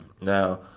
now